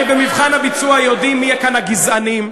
הרי במבחן הביצוע יודעים מי כאן הגזענים,